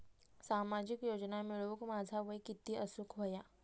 सामाजिक योजना मिळवूक माझा वय किती असूक व्हया?